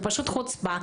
זה פשוט חוצפה.